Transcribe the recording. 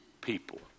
people